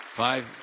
Five